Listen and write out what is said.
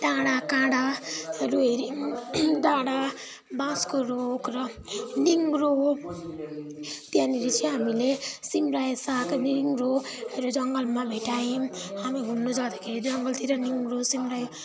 डाँडाकाँडाहरू हेरौँ डाँडा बाँसको रुख र निगुरो त्यहाँनिर चाहिँ हामीले सिमरायो साग निगुरोहरू जङ्गलमा भेटायौँ हामी घुम्नु जाँदाखेरि जङ्गलतिर निगुरो सिमरायो सागहरू